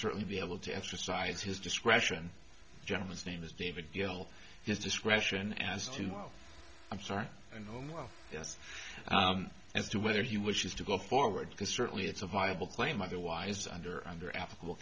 certainly be able to exercise his discretion gentleman's name is david gill his discretion as to no i'm sorry no no yes as to whether he wishes to go forward can certainly it's a viable claim otherwise under under applicable